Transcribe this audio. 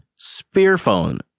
Spearphone